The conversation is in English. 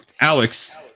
alex